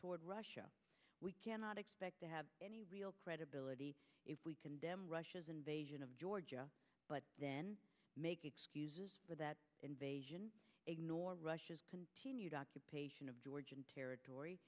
toward russia we cannot expect to have any real credibility if we condemn russia's invasion of georgia but then make excuses for that invasion ignore russia's continued occupation of georgian territory